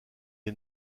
est